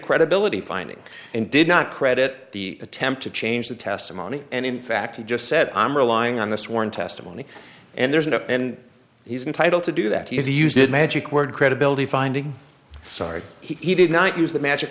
credibility finding and did not credit the attempt to change the testimony and in fact he just said i'm relying on the sworn testimony and there's no and he's entitled to do that he used magic word credibility finding sorry he did not use the magic